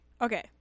Okay